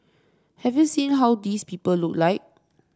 have you seen how these people look like